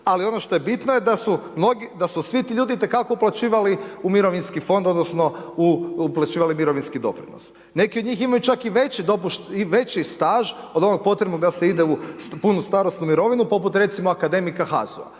ali ono što je bitno da su svi ti ljudi itekako uplaćivali u mirovinski fond, odnosno uplaćivali mirovinski doprinos. Neki od njih imaju čak i veći staž od onog potrebnog da se ide u punu starosnu mirovinu poput recimo akademika HAZU-a,